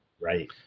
right